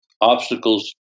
obstacles